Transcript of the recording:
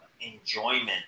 enjoyment